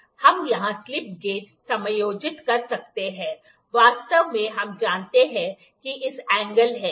हम यहाँ slip gauge समायोजित कर सकते हैं वास्तव में हम जानते हैं कि इस एंगल है अगर यह θ है